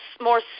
more